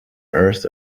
earth